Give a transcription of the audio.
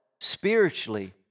spiritually